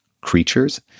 creatures